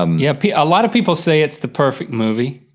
um yeah a lot of people say it's the perfect movie.